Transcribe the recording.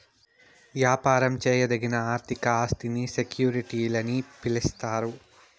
యాపారం చేయదగిన ఆర్థిక ఆస్తిని సెక్యూరిటీలని పిలిస్తారు